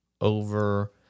over